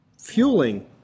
fueling